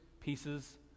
pieces